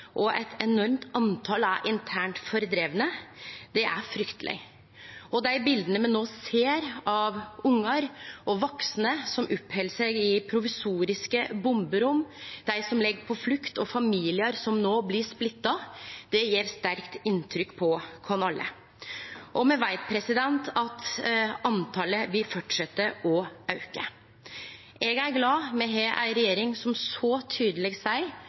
og at enormt mange er internt fordrivne, er frykteleg. Dei bileta me no ser av ungar og vaksne som oppheld seg i provisoriske bomberom, av dei som legg på flukt, og av familiar som blir splitta, gjer sterkt inntrykk på oss alle. Og me veit at talet vil fortsetje å auke. Eg er glad me har ei regjering som så tydeleg seier